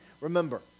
Remember